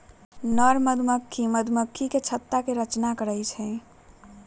नर मधुमक्खी मधुमक्खी के छत्ता के रचना करा हई